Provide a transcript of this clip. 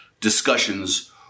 discussions